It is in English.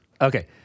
Okay